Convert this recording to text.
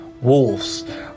Wolves